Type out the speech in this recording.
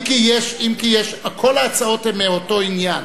אם כי כל ההצעות הן מאותו עניין.